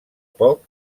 poc